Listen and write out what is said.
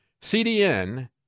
CDN